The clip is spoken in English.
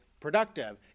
Productive